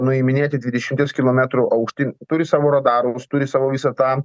nuiminėti dvidešimties kilometrų aukšty turi savo radarus turi savo visą tą